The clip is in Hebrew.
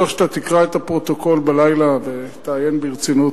אני בטוח שאתה תקרא את הפרוטוקול בלילה ותעיין ברצינות.